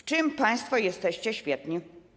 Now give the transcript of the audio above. W czym państwo jesteście świetni?